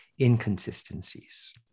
inconsistencies